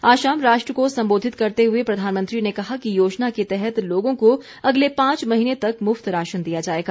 आज शाम राष्ट्र को सम्बोधित करते हुए प्रधानमंत्री ने कहा कि योजना के तहत लोगों को अगले पांच महीने तक मुफ्त राशन दिया जाएगा